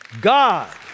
God